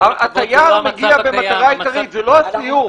התייר מגיע במטרה עיקרית, זה לא הסיור.